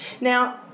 Now